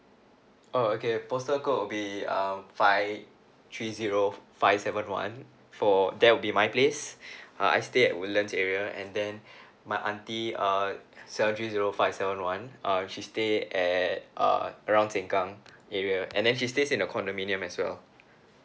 oh okay postal code will be um five three zero five seven one for that will be my place uh I stay at woodlands area and then my auntie uh seven three zero five seven one err she stay at uh around sengkang area and then she stays in a condominium as well